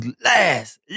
last